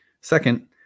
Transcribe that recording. Second